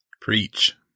Preach